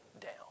down